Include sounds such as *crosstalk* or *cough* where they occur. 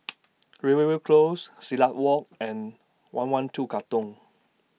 *noise* Rivervale Close Silat Walk and one one two Katong